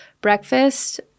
breakfast